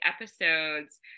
episodes